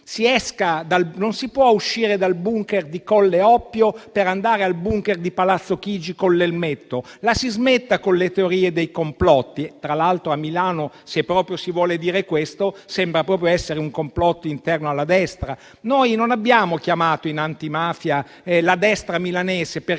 Non si può uscire dal *bunker* di Colle Oppio per andare al *bunker* di Palazzo Chigi con l'elmetto. La si smetta con le teorie del complotto. Tra l'altro a Milano, se proprio si vuole dire questo, sembra proprio esserci un complotto interno alla destra. Noi non abbiamo chiamato in antimafia la destra milanese per